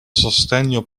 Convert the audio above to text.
sostegno